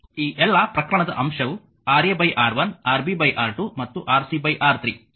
ಈ ಎಲ್ಲಾ ಪ್ರಕರಣದ ಅಂಶವು Ra R1 Rb R2 ಮತ್ತು Rc R3 ಒಂದೇ ಆಗಿರುತ್ತದೆ